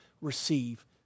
receive